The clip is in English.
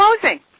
closing